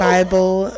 Bible